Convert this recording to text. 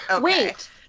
Wait